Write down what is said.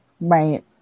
Right